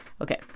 Okay